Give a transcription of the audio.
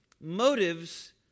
Motives